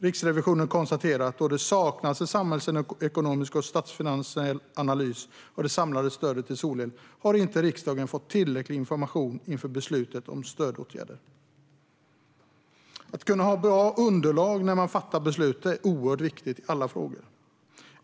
Riksrevisionen konstaterar att då det saknas en samhällsekonomisk och statsfinansiell analys av det samlade stödet till solel har inte riksdagen fått tillräcklig information inför beslut om stödåtgärder. Att ha bra underlag när man fattar beslut är oerhört viktigt i alla frågor.